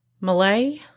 Malay